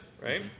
Right